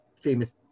famous